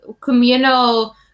communal